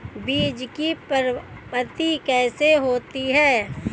बीज की प्राप्ति कैसे होती है?